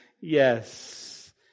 Yes